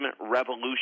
revolution